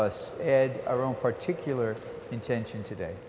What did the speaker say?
us said our own particular intention today